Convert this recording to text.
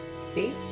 See